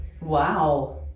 Wow